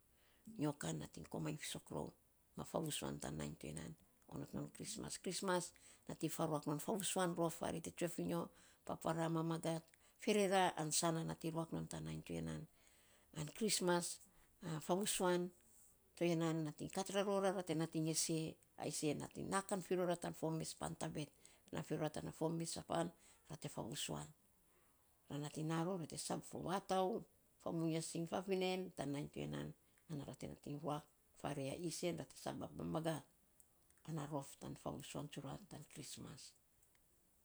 Nyo kan nating komainy fisok rou ma favusuan tan nainy to ya han onot non christmas. Christmas nating faruak non favusuan rof farei te tsue fi nyo, paparaa, mamagat, ferera an sana nating ruak non tan nainy to yan nan. Ah christmas favusuan to ya nan nating kat ra rora, ra te nating e sei, ai sei nating na kan ror tan fo mes pan na fi ro ra tana fo mes a pan ra te favusuan. Ra nating na ror ra te sab fo vatau, fa muinya siny, muiy fafinen tan nainy to ya nan ana ra e nating ruak farei a isen ra te sab a mamagat, ana rof tan favusuan tsura tan christmas.